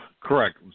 Correct